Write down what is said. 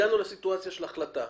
הגענו לסיטואציה של החלטה.